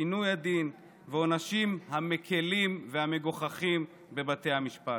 עינוי הדין והעונשים המקילים והמגוחכים בבתי המשפט,